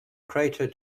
crater